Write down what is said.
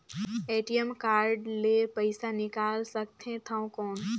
ATM card ले पइसा निकाल सकथे थव कौन?